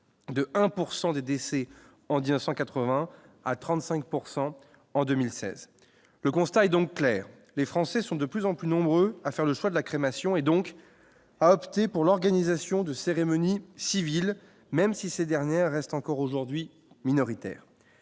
des décès en 1980 à 35 pourcent en 2016, le constat est donc clair : les Français sont de plus en plus nombreux à faire le choix de la crémation et donc à opté pour l'organisation de cérémonie civile, même si ces dernières restent encore aujourd'hui minoritaire,